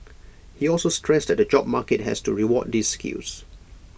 he also stressed that the job market has to reward these skills